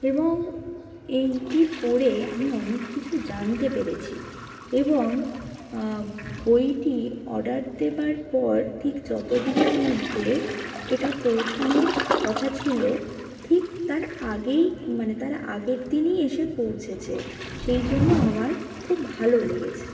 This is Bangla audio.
এবং এইটি পড়ে আমি অনেক কিছু জানতে পেরেছি এবং বইটি অর্ডার দেবার পর ঠিক তত দিনের মধ্যে এটা পৌঁছানোর কথা ছিল ঠিক তার আগেই মানে তার আগের দিনই এসে পৌঁছেছে সেই জন্য আমার খুব ভালো লেগেছে